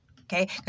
Okay